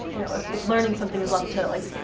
you know, if learning something is left to, like,